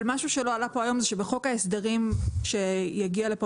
אבל משהו שלא עלה פה היום זה שבחוק ההסדרים שיגיע לפה